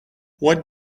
what